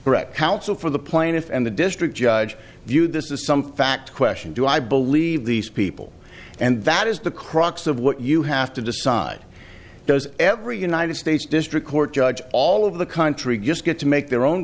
direct counsel for the plaintiff and the district judge viewed this is some fact question do i believe these people and that is the crux of what you have to decide does every united states district court judge all of the country just get to make their own